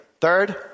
third